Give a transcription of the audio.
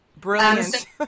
Brilliant